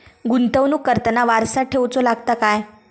गुंतवणूक करताना वारसा ठेवचो लागता काय?